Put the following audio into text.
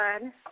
good